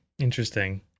Interesting